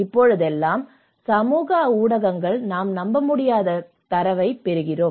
இப்போதெல்லாம் சமூக ஊடகங்களில் நாம் நம்பமுடியாத தரவைப் பெறுகிறோம்